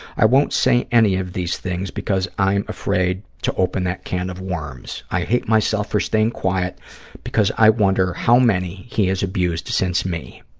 i won't say any of these things because i am afraid to open that can of worms. i hate myself for staying quiet because i wonder how many he has abused since me.